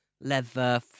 leather